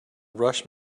rush